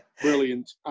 brilliant